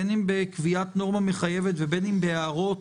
בין אם בקביעת נורמה מחייבת ובין אם בהערות,